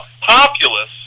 Populous